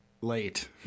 Late